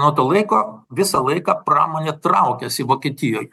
nuo to laiko visą laiką pramonė traukiasi vokietijoj